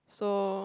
so